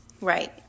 Right